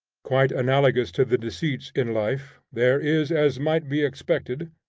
quite analogous to the deceits in life, there is, as might be expected,